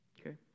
Okay